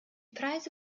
preise